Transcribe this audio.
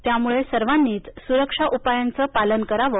त्यामुळे सर्वांनीच सुरक्षा उपायांचं पालन करावं